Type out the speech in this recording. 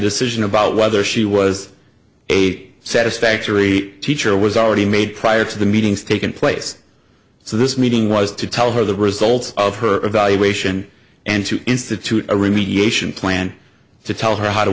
decision about whether she was eight satisfactory teacher was already made prior to the meetings taken place so this meeting was to tell her the results of her evaluation and to institute a remediation plan to tell her how to